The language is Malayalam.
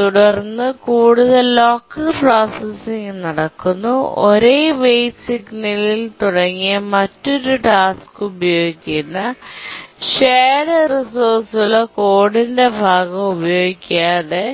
തുടർന്ന് കൂടുതൽ ലോക്കൽ പ്രോസസ്സിംഗ് നടക്കുന്നു ഒരേ വെയിറ്റ് സിഗ്നലിൽ തുടങ്ങിയ മറ്റൊരു ടാസ്ക് ഉപയോഗിക്കുന്ന ഷെയേർഡ് റിസോഴ്സ് ഉള്ള കോഡിന്റെ ഭാഗം ഉപയോഗിക്കാതെ